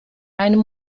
einen